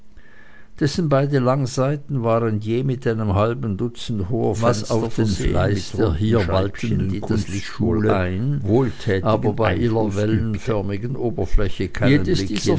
dessen beide langseiten waren jede mit einem halben dutzend hoher fenster versehen mit runden scheibchen die das licht wohl ein aber bei ihrer wellenförmigen oberfläche keinen